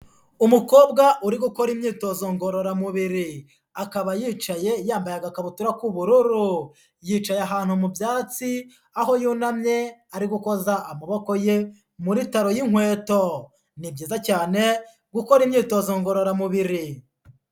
Umukobwa uri gukora imyitozo ngororamubiri, akaba yicaye yambaye agakabutura k'ubururu, yicaye ahantu mu byatsi aho yunamye ari gukoza amaboko ye muri taro y'inkweto. Ni byiza cyane gukora imyitozo ngororamubiri.